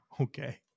Okay